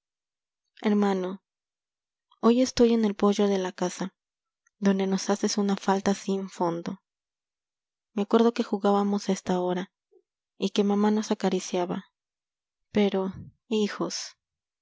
hermano hoy estoy en el poyo de la casa donde nos haces una falta sin fondo me acuerdo que jugábamos estahora y que mamá hijos nos acariciaba pero